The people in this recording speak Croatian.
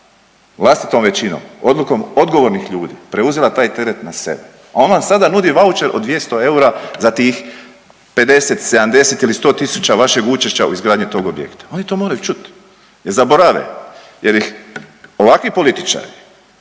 vlastitom većinom, odlukom odgovornih ljudi preuzela taj teret na sebe, a on vam sada nudi vaučer od 200 eura za tih 50, 70 ili 100 tisuća vašeg učešća u izgradnju tog objekta, oni to moraju čuti jer zaborave jer ih ovakvi političari